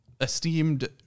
esteemed